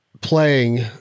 playing